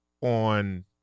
on